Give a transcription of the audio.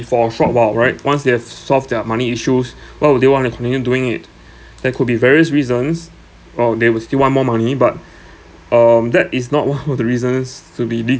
for a short while right once they have s~ solved their money issues why would they want to continue doing it there could be various reasons or they would still want more money but um that is not one of the reasons to be the